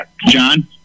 John